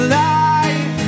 life